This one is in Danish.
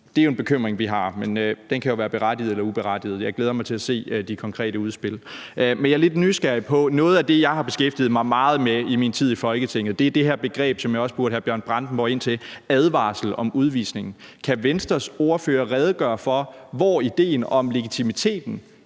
Det er en bekymring, vi har, men den kan jo være berettiget eller uberettiget. Jeg glæder mig til at se de konkrete udspil. Jeg er lidt nysgerrig. Noget af det, jeg har beskæftiget mig meget med i min tid i Folketinget, er det her begreb, som jeg også spurgte hr. Bjørn Brandenborg ind til, advarsel om udvisning. Kan Venstres ordfører redegøre for, hvor idéen om legitimiteten